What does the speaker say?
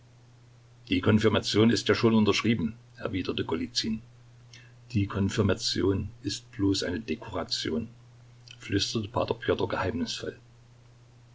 die konfirmation ist ja schon unterschrieben erwiderte golizyn die konfirmation ist bloß eine dekoration flüsterte p pjotr geheimnisvoll